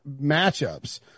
matchups